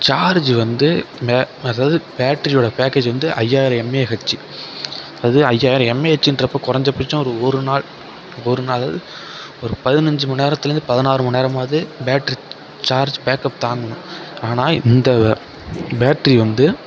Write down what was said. charge வந்து அதாவது பேட்டரியோட பேக்கஜ் வந்து ஐயாயிரம் எம்ஏஹெச் அது ஐயாயிரம் எம்ஏஹெச்ன்றப்போ குறைஞ்சபட்சம் ஒரு நாள் ஒரு நாள் ஒரு பதினஞ்சிமணி நேரத்தில் இருந்து பதினாறு மண்நேரமாவது பேட்டரி சார்ஜ் பேக் அப் தாங்கணும் ஆனால் இந்த பேட்டரி வந்து